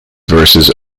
verses